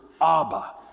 Abba